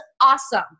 awesome